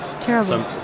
terrible